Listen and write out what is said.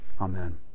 Amen